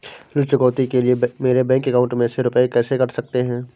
ऋण चुकौती के लिए मेरे बैंक अकाउंट में से रुपए कैसे कट सकते हैं?